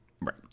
Right